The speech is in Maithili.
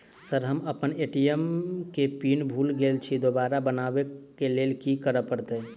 सर हम अप्पन ए.टी.एम केँ पिन भूल गेल छी दोबारा बनाबै लेल की करऽ परतै?